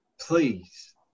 please